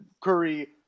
Curry